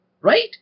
right